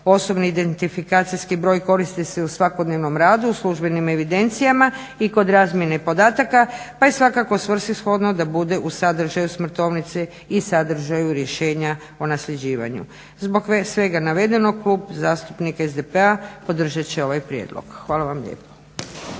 Osobni identifikacijski broj koristi se u svakodnevnom radu u službenim evidencijama i kod razmjene podataka pa je svakako svrsishodno da bude u sadržaju smrtovnice i sadržaju rješenja o nasljeđivanju. Zbog svega navedenog Klub zastupnika SDP-a podržat će ovaj prijedlog. Hvala vam lijepo.